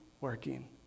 working